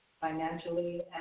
financially